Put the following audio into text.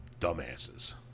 dumbasses